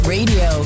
Radio